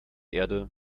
erde